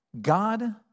God